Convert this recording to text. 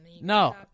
No